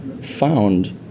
found